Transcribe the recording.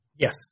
Yes